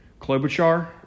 Klobuchar